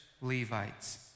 Levites